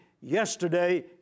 yesterday